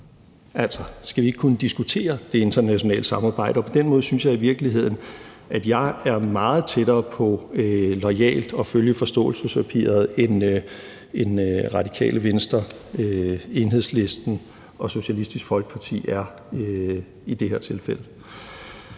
Altså, skal vi ikke kunne diskutere det internationale samarbejde? På den måde synes jeg i virkeligheden, at jeg i det her tilfælde er meget tættere på loyalt at følge forståelsespapiret, end Radikale Venstre, Enhedslisten og Socialistisk Folkeparti er. Så var der